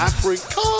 Africa